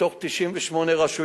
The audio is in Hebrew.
מתוך 98 רשויות,